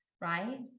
right